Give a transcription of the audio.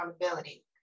accountability